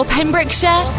Pembrokeshire